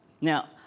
Now